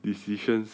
decisions